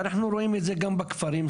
ואנחנו רואים את זה גם בכפרים,